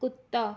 ਕੁੱਤਾ